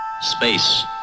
space